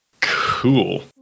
cool